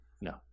No